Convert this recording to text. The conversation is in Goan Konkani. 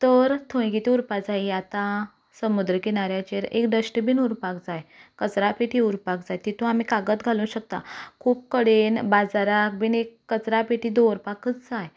तर थंय कितें उरपाक जाय आतां समुद्र किनाऱ्यांचेर एक डस्टबीन उरपाक जाय कचऱ्या पेटी उरपाक जाय तातूंत आमी कागद घालूंक शकता खूब कडेन बाजारांत बी एक कचऱ्या पेटी दवरपाकच जाय